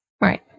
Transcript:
Right